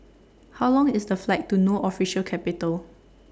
How Long IS The Flight to No Official Capital